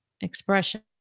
expression